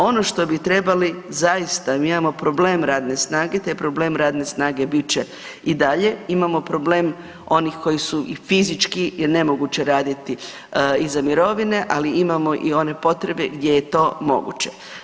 Ono što bi trebali, zaista, mi imamo problem radne snage, taj problem radne snage bit će i dalje, imamo problem onih koji su i fizički jer je nemoguće raditi iza mirovine, ali imamo i one potrebe gdje je to moguće.